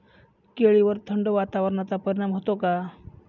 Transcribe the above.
केळीवर थंड वातावरणाचा परिणाम होतो का?